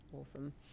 awesome